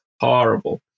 horrible